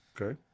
Okay